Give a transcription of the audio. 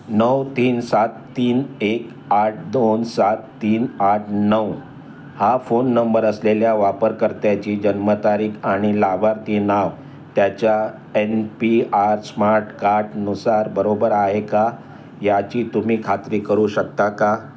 नऊ तीन सात तीन एक आठ दोन सात तीन आठ नऊ हा फोन नंबर असलेल्या वापरकर्त्याची जन्मतारीख आणि लाभार्थी नाव त्याच्या एन पी आर स्मार्ट कार्टनुसार बरोबर आहे का याची तुम्ही खात्री करू शकता का